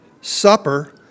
Supper